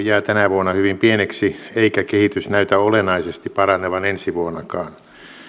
jää tänä vuonna hyvin pieneksi eikä kehitys näytä olennaisesti paranevan ensi vuonnakaan